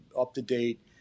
up-to-date